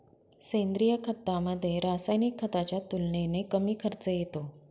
सेंद्रिय खतामध्ये, रासायनिक खताच्या तुलनेने कमी खर्च येतो